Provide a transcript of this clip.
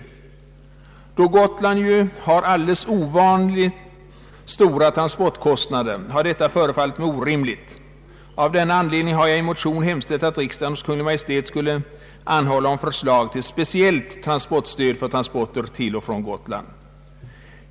Detta har förefallit mig orimligt eftersom Gotland ju har alldeles ovanligt stora transportkostnader. Av den anledningen har jag i motionen hemställt, att riksdagen hos Kungl. Maj:t skulle anhålla om förslag till speciellt transportstöd för transporter till och från Gotland.